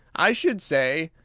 i should say,